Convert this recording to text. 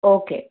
okay